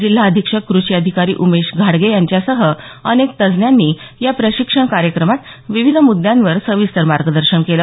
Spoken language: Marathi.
जिल्हा अधीक्षक कृषी अधिकारी उमेश घाडगे यांच्यासह अनेक तज्ज्ञांनी या प्रशिक्षण कार्यक्रमात विविध मुद्यांवर सविस्तर मार्गदर्शन केलं